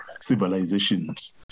civilizations